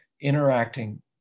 interacting